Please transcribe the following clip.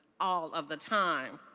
all of the time.